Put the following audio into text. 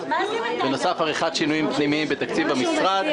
ובנוסף, עריכת שינויים פנימיים בתקציב המשרד.